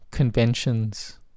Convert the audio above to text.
conventions